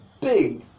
big